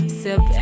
sip